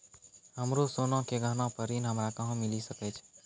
हमरो सोना के गहना पे ऋण हमरा कहां मिली सकै छै?